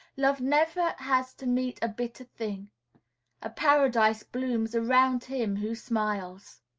love never has to meet a bitter thing a paradise blooms around him who smiles.